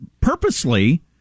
purposely